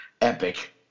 epic